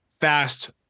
fast